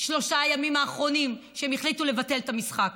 שלושת הימים האחרונים שהם החליטו לבטל את המשחק,